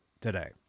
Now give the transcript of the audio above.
today